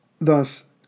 Thus